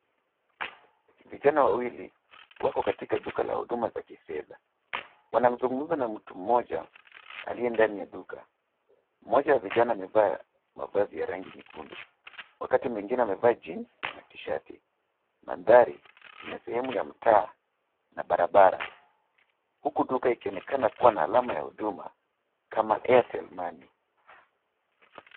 Vijana wawili wako katika duka la huduma za kifedha, wanazungumza na kijana mmoja, aliye ndani ya duka. Mmoja wa vijana amevaa mavazi ya rangi nyekundu, wakati mwingine amevaa jeans na tishati. Madhaari ni ya sehemu ya mtaa na barabara, huku duka ikionekana kuwa na alama ya huduma kama Airtel Money .